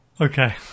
Okay